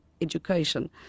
education